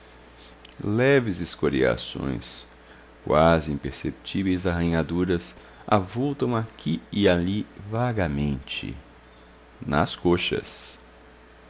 leves escoriações quase imperceptíveis arranhaduras avultam aqui e ali vagamente nas coxas